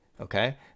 okay